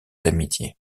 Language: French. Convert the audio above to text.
d’amitié